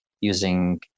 using